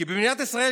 כי במדינת ישראל,